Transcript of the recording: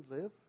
live